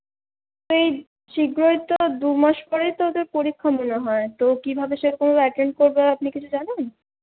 এই শীঘ্রই তো দু মাস পরেই তো ওদের পরীক্ষা মনে হয় তো কীভাবে সে করবে অ্যাটেন্ড করবে আপনি কিছু জানেন